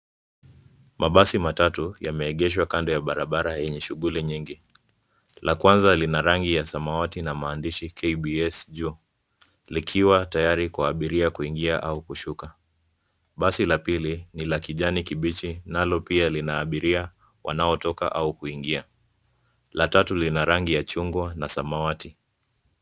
Mabasi matatu yameegeshwa kando ya barabara yenye shuguli mingi. La kwanza lina rangi ya samawati na maandishi KBS juu likiwa tayari kwa abiria kuingia au kushuka. Basi la pili ni la kijani kibichi. Nalo pia lina abiria wanaotoka au kuingia. La tatu lina rangi ya chungwa na samawati.